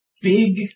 big